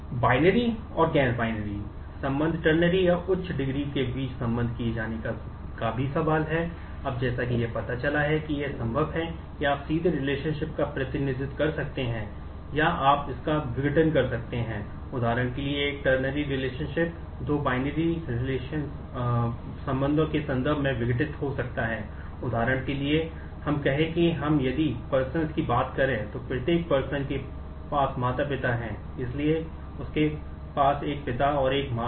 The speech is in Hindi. बाइनरी के पास माता पिता हैं इसलिए उसके पास एक पिता और एक माँ है